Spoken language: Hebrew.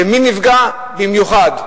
ומי נפגע במיוחד?